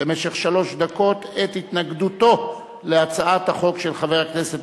במשך שלוש דקות את התנגדותו להצעת החוק של חבר הכנסת